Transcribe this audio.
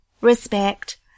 respect